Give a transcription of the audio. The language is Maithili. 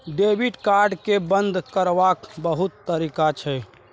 डेबिट कार्ड केँ बंद करबाक बहुत तरीका छै